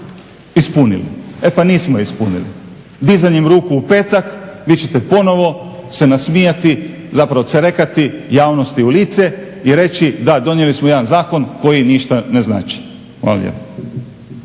ispunili. E pa nismo je ispunili. Dizanjem ruku u petak vi ćete ponovno se nasmijati zapravo cerekati javnosti u lice i reći, da, donijeli smo jedan zakon koji ništa ne znači. Hvala